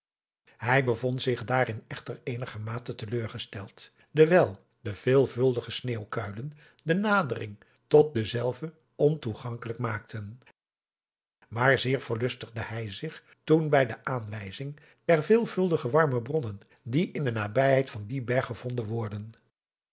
hij bevond zich daarin echter eenigermate te leur gesteld dewijl de veelvuldige sneeuwkuilen de nadering tot denzelven ontoegankelijk maakten maar zeer verlustigde hij zich toch bij de aanwijzing der veelvuldige warme bronnen die in de nabijheid van dien berg gevonden worden